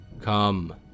Come